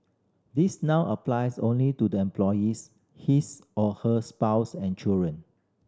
this now applies only to the employees his or her spouse and children